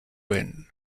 when